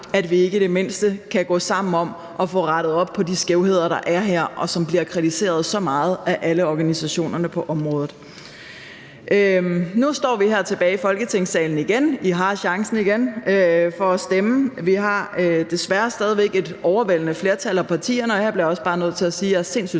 at vi ikke i det mindste kan gå sammen om at få rettet op på de skævheder, der er her, og som bliver kritiseret så meget af alle organisationerne på området. Nu står vi her i Folketingssalen igen. I har chancen for at stemme igen. Jeg bliver bare nødt til at sige, at jeg er sindssygt